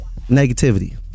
negativity